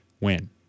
win